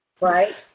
Right